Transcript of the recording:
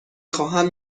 خواهم